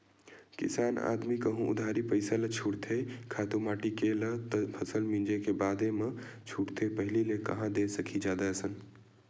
किसान आदमी कहूँ उधारी पइसा ल छूटथे खातू माटी के ल त फसल मिंजे के बादे म छूटथे पहिली ले कांहा दे सकही जादा असन